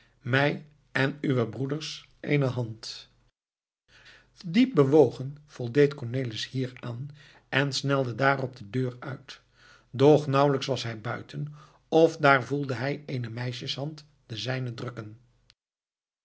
mij en uwe broeders eene hand diep bewogen voldeed cornelis hieraan en snelde daarop de deur uit doch nauwelijks was hij buiten of daar voelde hij eene meisjeshand de zijne drukken